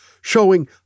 showing